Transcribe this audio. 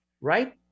right